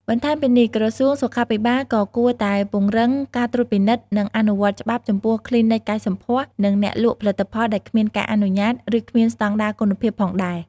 បន្ថែមពីនេះ ក្រសួងសុខាភិបាលក៏គួរតែពង្រឹងការត្រួតពិនិត្យ និងអនុវត្តច្បាប់ចំពោះគ្លីនិកកែសម្ផស្ស និងអ្នកលក់ផលិតផលដែលគ្មានការអនុញ្ញាត ឬគ្មានស្តង់ដារគុណភាពផងដេរ។